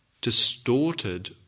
distorted